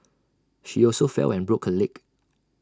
she also fell and broke her leg